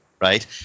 right